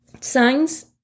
Signs